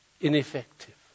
ineffective